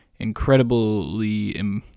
incredibly